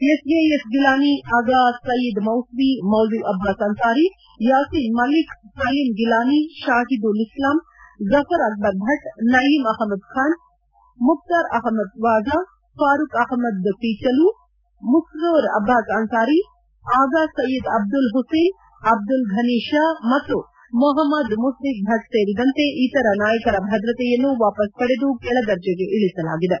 SAS Geelani Aga Syed ಮೌಸ್ಲಿ ಮೌಲ್ಲಿ ಅಬ್ಲಾಸ್ ಅನ್ಪಾರಿ ಯಾಸಿನ್ ಮಲ್ಲಿಕ್ ಸಲೀಂ ಗಿಲಾನಿ ಶಾಹಿದ್ ಉಲ್ ಇಸ್ಲಾಂ ಜಫರ್ ಅಕ್ಬರ್ ಭಟ್ ನಯೀಮ್ ಅಹಮದ್ ಖಾನ್ ಮುಕ್ತಾರ್ ಅಹಮದ್ ವಾಜಾ ಫಾರೂಕ್ ಅಹಮದ್ ಕಿಚಲೂ ಮಸ್ರೂರ್ ಅಬ್ಬಾಸ್ ಅನ್ಸಾರಿ ಆಗಾ ಸಯೀದ್ ಅಬ್ಲುಲ್ ಹುಸೇನ್ ಅಬ್ಲುಲ್ ಫನಿ ಶಾ ಮತ್ತು ಮೊಹಮದ್ ಮುಸ್ಲಿಕ್ ಭಟ್ ಸೇರಿದಂತೆ ಇತರ ನಾಯಕರ ಭದ್ರತೆಯನ್ನು ವಾಪಸ್ ಪಡೆದು ಕೆಳದರ್ಜೆಗೆ ಇಳಿಸಲಾಗಿದೆ